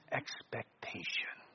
expectation